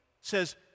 says